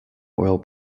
oil